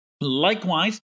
Likewise